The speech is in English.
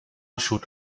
should